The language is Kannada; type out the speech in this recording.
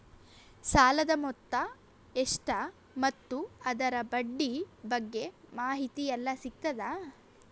ಸಾಲದ ಮೊತ್ತ ಎಷ್ಟ ಮತ್ತು ಅದರ ಬಡ್ಡಿ ಬಗ್ಗೆ ಮಾಹಿತಿ ಎಲ್ಲ ಸಿಗತದ?